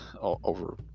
over